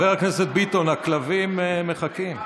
חבר הכנסת ביטון, הכלבים מחכים.